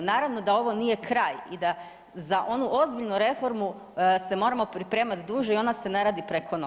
Naravno da ovo nije kraj i da za onu ozbiljnu reformu se moramo pripremati duže i ona se ne radi preko noći.